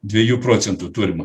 dviejų procentų turimo